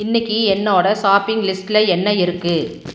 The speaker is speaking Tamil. இன்னைக்கு என்னோடய ஷாப்பிங் லிஸ்ட்டில் என்ன இருக்குது